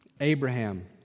Abraham